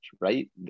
right